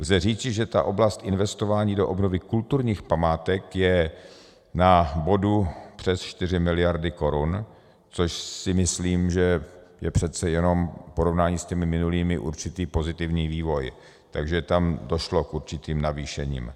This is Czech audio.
Lze říci, že oblast investování do obnovy kulturních památek je na bodu přes 4 miliardy korun, což si myslím, že je přece jenom v porovnání s těmi minulými určitý pozitivní vývoj, takže tam došlo k určitým navýšením.